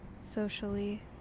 socially